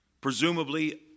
presumably